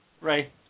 Right